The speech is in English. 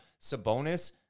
Sabonis